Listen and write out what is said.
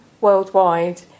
worldwide